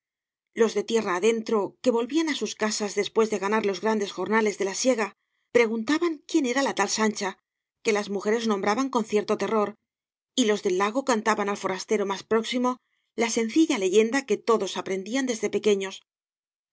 los de tierra adentro que volvían á bus casas después de ganar los grandes jornales de la siega preguntaban quién era la tal sancha que las mujeres nombraban con cierto terror y los del lago contaban al forastero más próximo la sencilla leyenda que todos aprendían desde pequeños